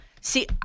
see